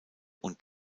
und